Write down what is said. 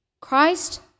Christ